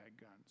guns